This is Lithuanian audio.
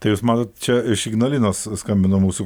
tai jūs man čia iš ignalinos skambino mūsų